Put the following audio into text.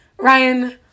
Ryan